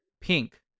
pink